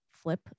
Flip